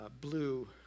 Blue